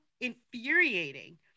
infuriating